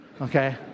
okay